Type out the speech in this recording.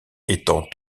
étant